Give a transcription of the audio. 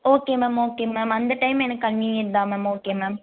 okay ma'am okay ma'am அந்த time எனக்கு convenient தான் மேம் ஓகே மேம்